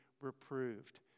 reproved